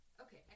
Okay